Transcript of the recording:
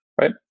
Right